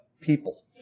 people